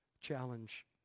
challenge